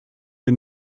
den